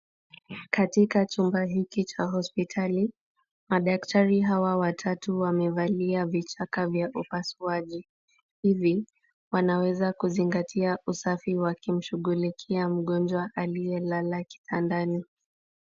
Katika chumba hiki cha hospitali, madaktari hawa watatu wamevalia vichaka vya upasuaji. Hivi wanaweza kuzingatia usafi wakimshughulikia mgonjwa aliyelala kitandani.